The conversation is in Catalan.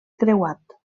creuat